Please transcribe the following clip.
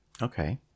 Okay